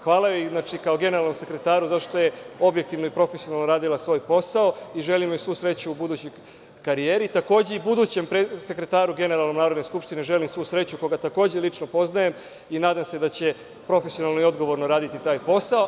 Hvala joj kao generalnom sekretaru zato što je objektivno i profesionalno radila svoj posao i želim joj svu sreću u budućoj karijeri, takođe i budućem generalnom sekretaru Narodne skupštine želim svu sreću, koga takođe lično poznajem i nadam se da će profesionalno i odgovorno raditi taj posao.